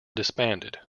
disbanded